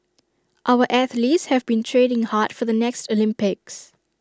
our athletes have been training hard for the next Olympics